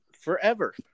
forever